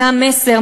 מהמסר,